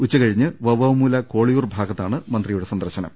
ഉച്ചകഴിഞ്ഞ് വവ്വാമൂല കോളിയൂർ ഭാഗത്താണ് മന്ത്രിയുടെ സന്ദർശനം